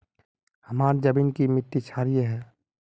हमार जमीन की मिट्टी क्षारीय है?